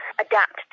adapt